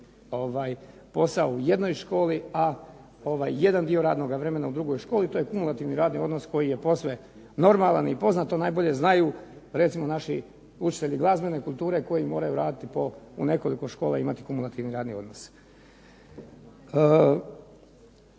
posao u jednoj školi, a jedan dio radnoga vremena u drugoj školi, to je kumulativni radni odnos koji je posve normalan i poznat, to najbolje znaju recimo naši učitelji glazbene kulture koji moraju raditi po, u nekoliko škola imati kumulativni radni odnos.